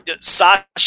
Sasha